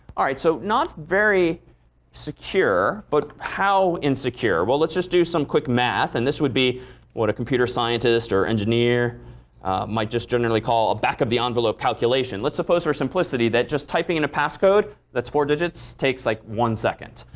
all right, so not very secure, but how insecure? well, let's just do some quick math. and this would be what a computer scientist or engineer might just generally call a back-of-the-envelope calculation. let's suppose for simplicity that just typing in a passcode that's four digits takes like one second.